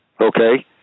Okay